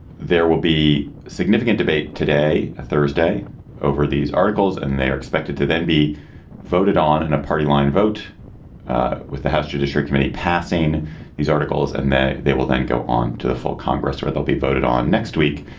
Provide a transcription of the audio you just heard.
there will be significant debate today, thursday over these articles and they are expected to then be voted on in a party line vote with the house judiciary committee passing these articles. and they they will then go on to the full congress or they'll be voted on next week.